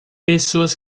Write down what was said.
pessoas